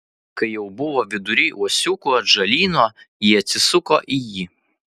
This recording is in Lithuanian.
kai jau buvo vidury uosiukų atžalyno ji atsisuko į jį